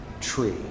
tree